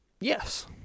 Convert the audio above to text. Yes